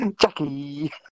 Jackie